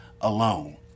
alone